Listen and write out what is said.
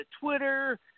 Twitter